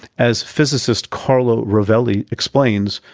as physicist carlo rovelli explains,